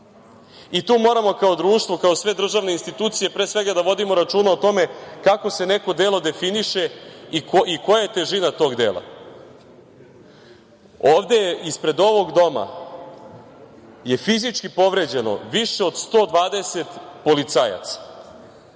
pre svega kao društvo, kao državne institucije, pre svega, da vodimo računa o tome kako se neko delo definiše i koja je težina tog dela. Ovde ispred ovog doma je fizički povređeno više od 120 policajaca,